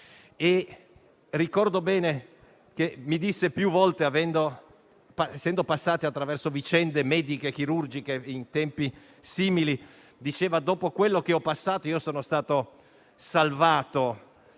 Ricordo bene che mi disse più volte, essendo passati attraverso vicende mediche e chirurgiche in tempi simili: «Dopo quello che ho passato (io sono stato salvato